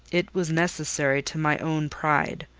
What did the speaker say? it was necessary to my own pride.